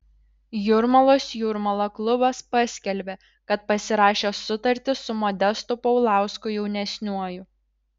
jūrmalos jūrmala klubas paskelbė kad pasirašė sutartį su modestu paulausku jaunesniuoju